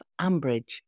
Ambridge